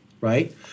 right